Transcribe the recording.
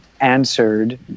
answered